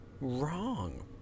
wrong